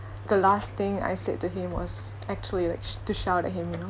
the last thing I said to him was actually like sh~ to shout at him you know